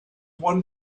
one